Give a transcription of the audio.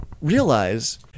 realize